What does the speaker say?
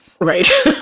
Right